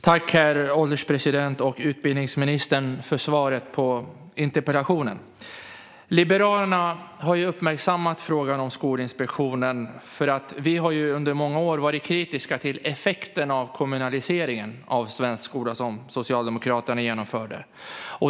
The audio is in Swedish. Herr ålderspresident! Tack, utbildningsministern, för svaret på interpellationen! Liberalerna har uppmärksammat frågan om Skolinspektionen, för vi har under många år varit kritiska till effekterna av kommunaliseringen av svensk skola som Socialdemokraterna genomförde.